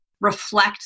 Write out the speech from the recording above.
reflect